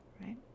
right